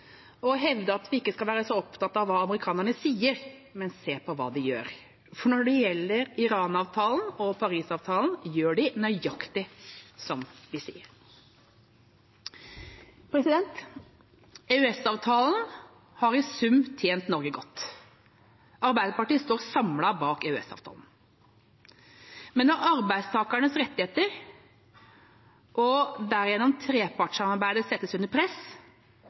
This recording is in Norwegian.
at vi ikke skal være så opptatt av hva amerikanerne sier, men se på hva de gjør. Når det gjelder Iran-avtalen og Parisavtalen, gjør de nøyaktig som de sier. EØS-avtalen har i sum tjent Norge godt. Arbeiderpartiet står samlet bak EØS-avtalen. Men når arbeidstakernes rettigheter og derigjennom trepartssamarbeidet settes under press,